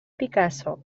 picasso